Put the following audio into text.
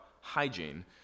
hygiene